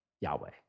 Yahweh